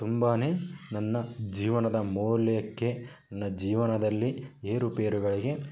ತುಂಬಾ ನನ್ನ ಜೀವನದ ಮೌಲ್ಯಕ್ಕೆ ನನ್ನ ಜೀವನದಲ್ಲಿ ಏರುಪೇರುಗಳಿಗೆ